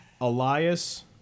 Elias